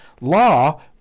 law